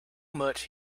much